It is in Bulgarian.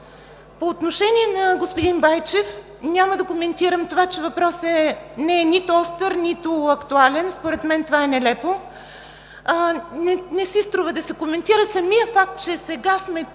По отношение на господин Байчев – няма да коментирам това, че въпросът не е нито остър, нито актуален. Според мен това е нелепо. Не си струва да се коментира. Самият факт, че сега сме